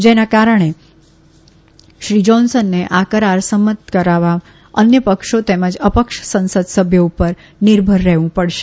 જેના કારણે શ્રી જોન્સનને આ કરાર સંમત કરાવવા અન્ય પક્ષો તેમજ અપક્ષ સંસદ સભ્યો ઉપર નિર્ભર રહેવુ પડશે